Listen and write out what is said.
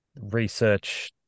research